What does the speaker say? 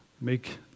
Make